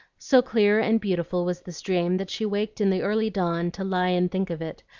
so clear and beautiful was this dream that she waked in the early dawn to lie and think of it,